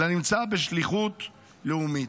אלא נמצא בשליחות לאומית?